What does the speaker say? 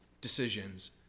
decisions